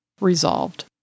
resolved